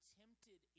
tempted